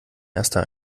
erster